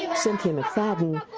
you know cynthia mcfadden,